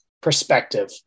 perspective